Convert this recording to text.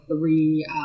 three